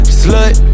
slut